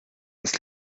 das